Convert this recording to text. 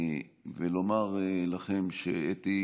ולומר לכם שאתי